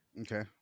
Okay